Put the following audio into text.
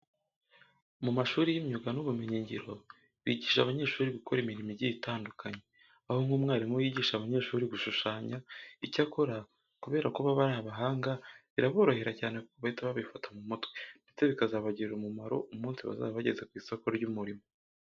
Mu mashuri y'imyuga n'ubumenyingiro bigisha abanyeshuri gukora imirimo igiye itandukanye. Aho nk'umwarimu yigisha abanyeshuri gushushanya. Icyakora kubera ko baba ari abahanga biraborohera cyane kuko bahita babifata mu mutwe ndetse bikazabagirira umumaro umunsi bazaba bageze ku isoko ry'umurimo.